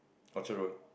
Orchard-Road